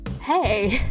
Hey